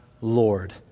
Lord